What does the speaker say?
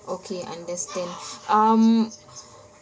okay understand um